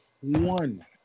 one